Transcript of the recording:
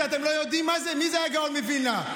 כי אתם לא יודעים מי זה הגאון מווילנה.